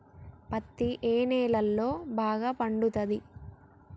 పత్తి ఏ నేలల్లో బాగా పండుతది?